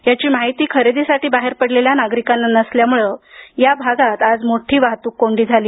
याची माहिती खरेदीसाठी बाहेर पडलेल्या नागरिकांना नसल्यामुळे या भागात मोठी वाहतूक कोंडी झाली